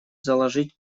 заложить